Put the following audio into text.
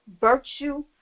virtue